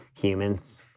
humans